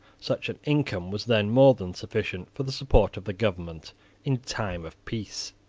such an income was then more than sufficient for the support of the government in time of peace.